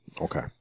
Okay